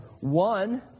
One